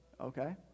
okay